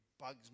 bugs